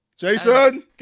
Jason